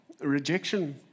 Rejection